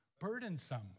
burdensome